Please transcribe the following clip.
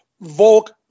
Volk